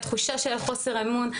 התחושה של חוסר האמון.